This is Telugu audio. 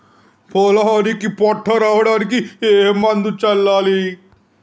పొలానికి పొట్ట రావడానికి ఏ మందును చల్లాలి?